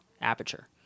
aperture